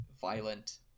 violent